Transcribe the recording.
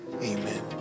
amen